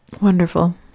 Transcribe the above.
Wonderful